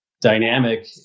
dynamic